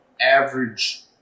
average